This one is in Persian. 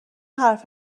حرف